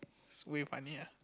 he's very funny ah